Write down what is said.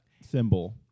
symbol